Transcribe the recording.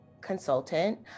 consultant